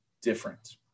different